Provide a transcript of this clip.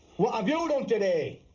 what have you done today?